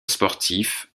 sportif